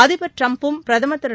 அதிபர் ட்ரம்பும் பிரதமர் திரு